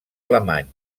alemany